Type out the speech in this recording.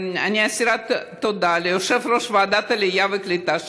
אני אסירת תודה ליושב-ראש ועדת העלייה והקליטה,